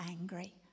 angry